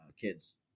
kids